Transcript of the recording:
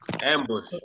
Ambush